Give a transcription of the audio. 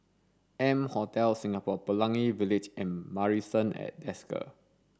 M Hotel Singapore Pelangi Village and Marrison at Desker